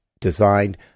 designed